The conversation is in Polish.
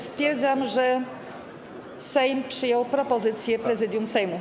Stwierdzam, że Sejm przyjął propozycję Prezydium Sejmu.